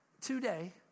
today